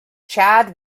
chad